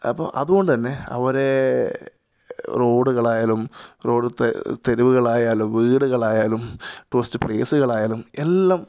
അപ്പോൾ അതുകൊണ്ടു തന്നെ അവരെ റോഡുകളായാലും റോഡ് തെ തെരുവുകളായാലും വീടുകളായാലും പോസ്റ്റ് പ്ലേസുകളായാലും എല്ലാം